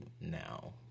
now